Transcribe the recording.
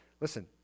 listen